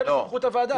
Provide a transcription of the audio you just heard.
זו סמכות הוועדה.